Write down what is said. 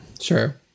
sure